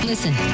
Listen